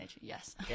yes